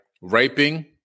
raping